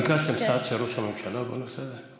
ביקשתם סעד של ראש הממשלה בנושא הזה?